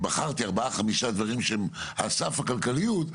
אם בחרתי ארבעה-חמישה שהם על סף הכלכליות,